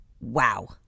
wow